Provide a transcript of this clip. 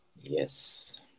Yes